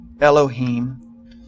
Elohim